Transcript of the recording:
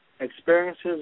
Experiences